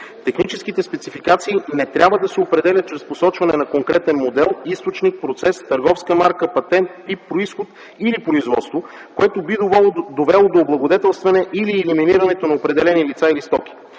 техническите спецификации не трябва да се определят чрез посочване на конкретен модел, източник, процес, търговска марка, патент, тип произход или производство, което би довело до облагодетелстване или елиминиране на определени лица или стоки.